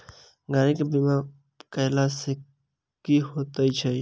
गाड़ी केँ बीमा कैला सँ की होइत अछि?